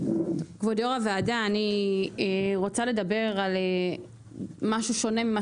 כבוד יו"ר הוועדה אני רוצה לדבר על משהו שונה ממה